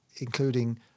including